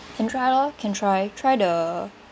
can try lor can try try the